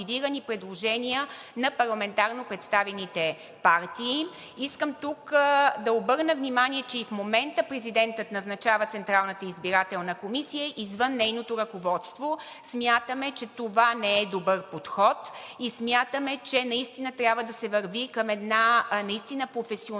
на парламентарно представените партии. Искам тук да обърна внимание, че и в момента президентът назначава Централната избирателна комисия извън нейното ръководство. Смятаме, че това не е добър подход и смятаме, че наистина трябва да се върви към една професионална